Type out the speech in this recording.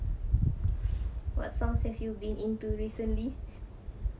what songs have you been into recently